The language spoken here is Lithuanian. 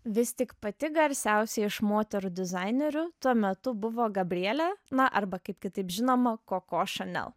vis tik pati garsiausia iš moterų dizainerių tuo metu buvo gabrielė na arba kaip kitaip žinoma koko chanel